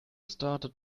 started